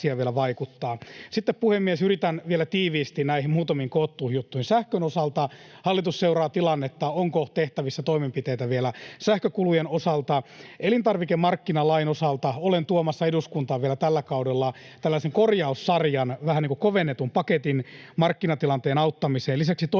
Sitten, puhemies, yritän vielä tiiviisti näihin muutamiin koottuihin juttuihin vastata. Sähkön osalta hallitus seuraa tilannetta: onko tehtävissä toimenpiteitä vielä sähkökulujen osalta. Elintarvikemarkkinalain osalta olen tuomassa eduskuntaan vielä tällä kaudella tällaisen korjaussarjan, vähän niin kuin kovennetun paketin markkinatilanteen auttamiseen.